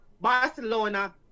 Barcelona